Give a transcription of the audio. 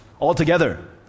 altogether